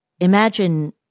Imagine